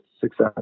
success